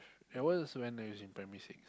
that was when I was in primary thing